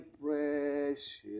precious